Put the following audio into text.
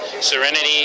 serenity